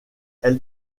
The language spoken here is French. elle